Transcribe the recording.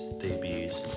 debuts